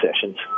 sessions